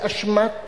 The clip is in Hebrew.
באשמת